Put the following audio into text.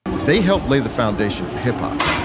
they helped lay the foundation for hip hop.